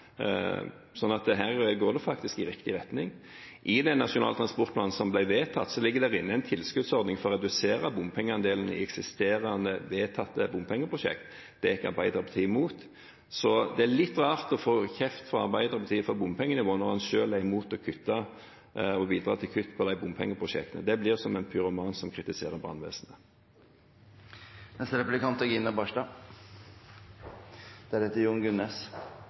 Her går det faktisk i riktig retning. I den nasjonale transportplanen som ble vedtatt, ligger det inne en tilskuddsordning for å redusere bompengeandelen i eksisterende, vedtatte bompengeprosjekter. Det gikk Arbeiderpartiet imot. Det er litt rart å få kjeft av Arbeiderpartiet for bompengenivået når en selv er imot å bidra til kutt i bompengeprosjektene. Det blir som en pyroman som kritiserer brannvesenet. Som jeg viste til i mitt innlegg, er